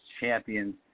champions